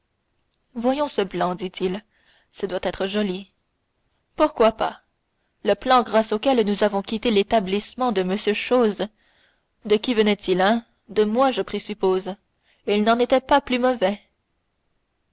voyons ce plan dit-il ce doit être joli pourquoi pas le plan grâce auquel nous avons quitté l'établissement de m chose de qui venait-il hein de moi je présuppose il n'en était pas plus mauvais